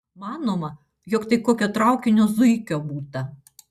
manoma jog tai kokio traukinio zuikio būta